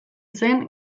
zen